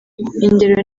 ingero